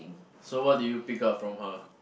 so what did you pick up from her